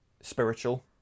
spiritual